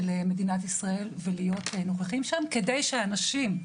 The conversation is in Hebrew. מדינת ישראל ולהיות נוכחים שם כדי שאנשים,